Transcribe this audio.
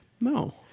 No